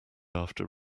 after